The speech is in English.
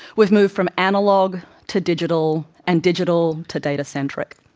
we've moved from analogue to digital, and digital to data-centric.